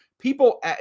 people